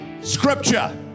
Scripture